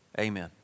amen